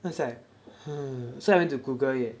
then I was like hmm so I went to google